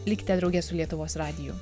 likite drauge su lietuvos radiju